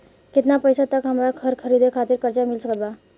केतना पईसा तक हमरा घर खरीदे खातिर कर्जा मिल सकत बा?